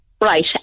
Right